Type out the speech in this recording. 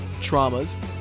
traumas